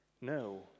No